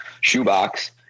shoebox